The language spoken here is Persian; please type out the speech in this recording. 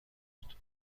بود